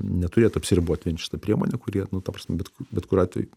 neturėtų apsiribot vien šita priemone kuri nu ta prasme bet bet kuriuo atveju